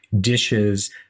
dishes